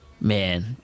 man